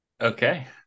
okay